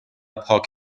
پاک